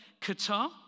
qatar